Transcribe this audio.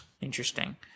Interesting